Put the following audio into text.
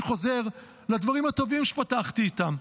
אני חוזר לדברים הטובים שפתחתי איתם: